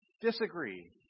disagree